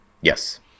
Yes